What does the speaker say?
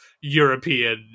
European